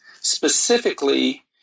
specifically